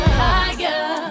higher